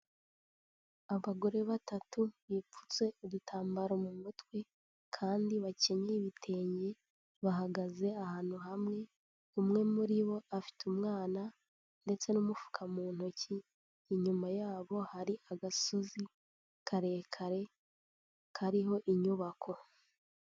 Abagore batatu bipfutse udutambaro mu mutwe, kandi bakenyeye ibitenge, bahagaze ahantu hamwe, umwe muri bo afite umwana, ndetse n'umufuka mu ntoki, inyuma yabo hari agasozi karerekare kariho inyubako.